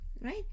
right